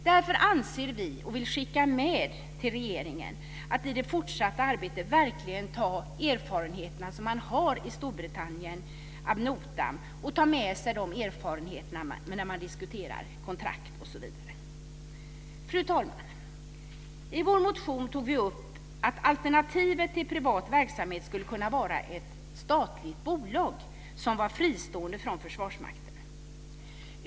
Därför anser vi, och vill skicka med regeringen, att man i det fortsatta arbetet verkligen tar erfarenheterna från Storbritannien ad notam, att man tar med sig de erfarenheterna när man diskuterar kontrakt osv. Fru talman! I vår motion tog vi upp att alternativet till privat verksamhet skulle kunna vara ett statligt bolag som var fristående från Försvarsmakten.